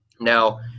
Now